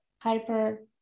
hyper